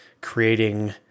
creating